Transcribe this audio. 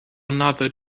another